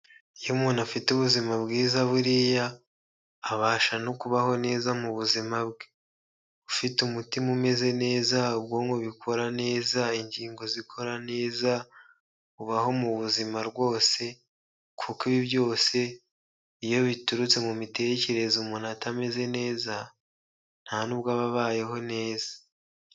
Iyo umuntu afite ubuzima bwiza buriya abasha no kubaho neza mu buzima bwe, ufite umutima umeze neza ubwonko bukora neza, ingingo zikora neza, ubaho mu buzima rwose kuko ibi byose iyo biturutse mu mitekerereze, umuntu atameze neza nta n'ubwo aba abayeho neza.